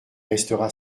restera